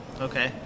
Okay